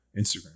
Instagram